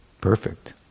Perfect